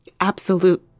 Absolute